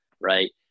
right